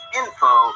info